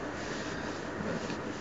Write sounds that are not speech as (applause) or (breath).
(breath)